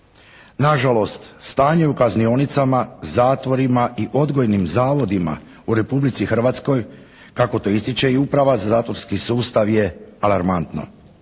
Nažalost stanje u kaznionicama, zatvorima i odgojnim zavodima u Republici Hrvatskoj, kako to i ističe Uprava za zatvorski sustav, je alarmantno.